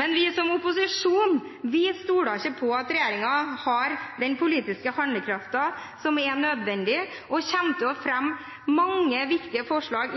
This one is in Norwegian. Men vi som opposisjon stoler ikke på at regjeringen har den politiske handlekraften som er nødvendig, og kommer i denne perioden til å fremme mange viktige forslag